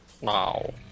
wow